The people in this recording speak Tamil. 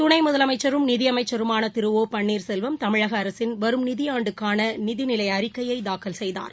துணை முதலமைச்சரும் நிதி அமைச்சருமான திரு ஓ பன்னீர்செல்வம் தமிழக அரசின் வரும் நிதியாண்டுக்கான நிதிநிலை அறிக்கையை தாக்கல் செய்தார்